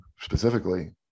specifically